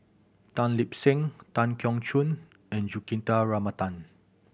Tan Lip Seng Tan Keong Choon and Juthika Ramanathan